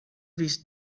this